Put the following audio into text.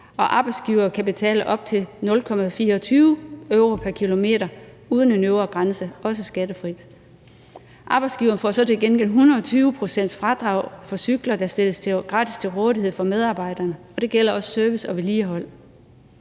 og arbejdsgivere kan betale op til 0,24 euro pr. kilometer uden en øvre grænse, også skattefrit. Arbejdsgiveren får så til gengæld 120 pct.s fradrag for cykler, der stilles gratis til rådighed for medarbejderne, og det gælder også service og vedligehold.